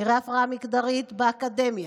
נראה הפרדה מגדרית באקדמיה.